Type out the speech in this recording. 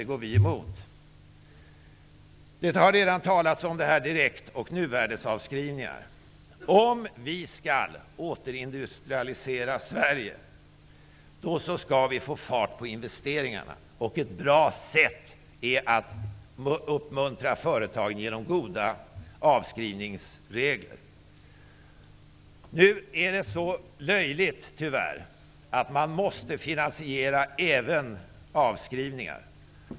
Det går vi emot. Det har redan talats om direkt och nuvärdesavskrivningar. Om vi skall återindustrialisera Sverige skall vi få fart på investeringarna. Ett bra sätt är att uppmuntra företagen genom goda avskrivningsregler. Det är dock tyvärr så löjligt ordnat att man måste finansiera även avskrivningar.